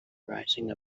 rising